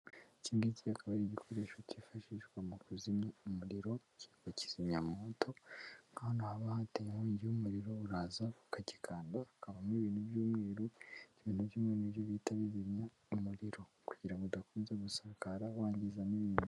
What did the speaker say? Ikingiki akaba ari igikoresho cyifashishwa mu kuzimya umuriro wa kizimyamwoto, nk'ahantu haba hateye inkongi y'umuriro, uraza ukagikanda, hakavamo ibintu by'umweru, ibintu by'umweru nibyo bihita bizimya umuriro, kugira ngo udakomeza gusakara, wangiza n'ibindi.